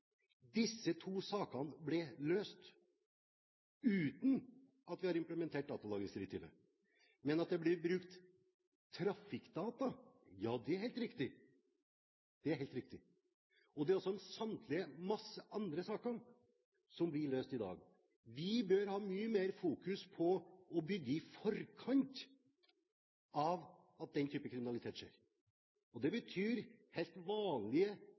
Disse to sakene er blitt løst uten at vi har implementert datalagringsdirektivet. Men at det blir brukt trafikkdata, er helt riktig. Det er også mange andre saker som blir løst i dag. Vi bør fokusere mye mer på å forebygge at denne type kriminalitet skjer. Det betyr helt vanlige